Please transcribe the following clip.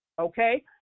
Okay